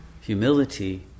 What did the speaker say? humility